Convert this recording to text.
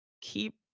keep